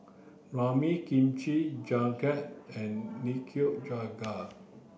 Ramen Kimchi jjigae and Nikujaga